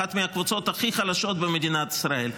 אחת מהקבוצות הכי חלשות במדינת ישראל.